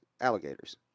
alligators